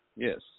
Yes